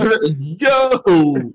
Yo